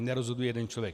Nerozhoduje jeden člověk.